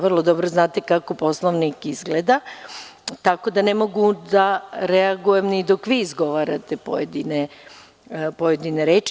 Vrlo dobro znate kako Poslovnik izgleda, tako da ne mogu da reagujem ni dok vi izgovarate pojedine reči.